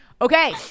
okay